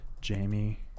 Jamie